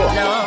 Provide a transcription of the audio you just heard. no